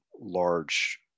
large